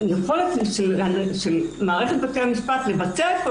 והיכולת של מערכת בתי המשפט לבצע את כל